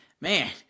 man